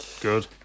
Good